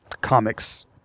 comics